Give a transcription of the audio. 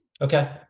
Okay